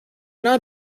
not